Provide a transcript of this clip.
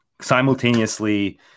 simultaneously